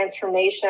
transformation